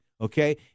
okay